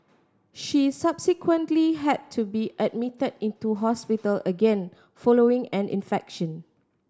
she subsequently had to be admitted into hospital again following an infection